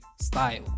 style